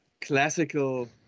classical